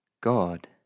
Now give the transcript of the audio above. God